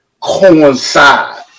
coincide